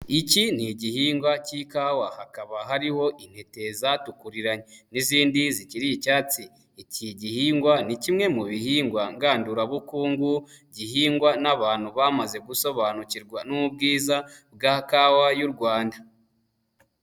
Iki ni igihingwa cy'ikawa hakaba hariho intete zatukuriranye n'izindi zikiri icyatsi. Iki gihingwa ni kimwe mu bihingwa ngandurabukungu, gihingwa n'abantu bamaze gusobanukirwa n'ubwiza bwa kawa y'u Rwanda.